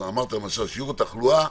כבר אמרת למשל ששיעור התחלואה